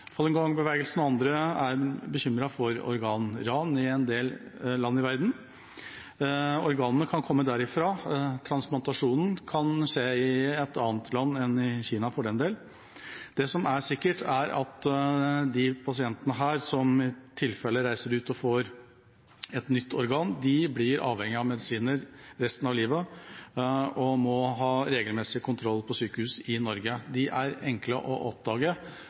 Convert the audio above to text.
for den del. Det som er sikkert, er at de pasientene som i tilfelle reiser ut og får et nytt organ, blir avhengige av medisiner resten av livet og må ha regelmessig kontroll på sykehus i Norge. De er enkle å oppdage